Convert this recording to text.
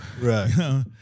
Right